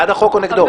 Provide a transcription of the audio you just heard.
את בעד החוק או נגדו?